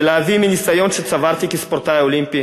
ולהביא מהניסיון שצברתי כספורטאי אולימפי